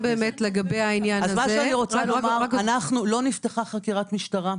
לא נפתחה חקירת משטרה.